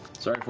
sorry, fjord.